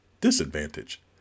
disadvantage